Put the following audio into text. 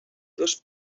dos